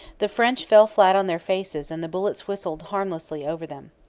the french fell flat on their faces and the bullets whistled harmlessly over them.